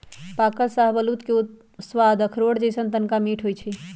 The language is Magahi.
पाकल शाहबलूत के सवाद अखरोट जइसन्न तनका मीठ होइ छइ